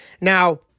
Now